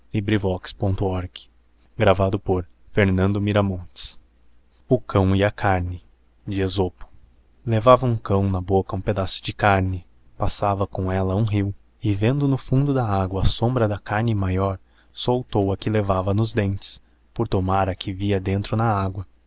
sangue o cão a carne levava hum cão na boca hum pedaço de carne passava com eila hum rio e vendo no fundo da agua a sombra da carne maior soltou a que levava nos dentes por tomar a que via dentro na agua